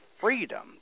freedom